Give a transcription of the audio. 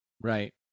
Right